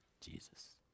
Jesus